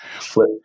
Flip